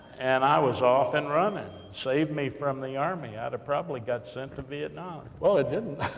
and i was off and running. saved me from the army. i'd probably got sent to vietnam. well, it didn't.